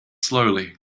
slowly